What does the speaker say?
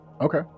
okay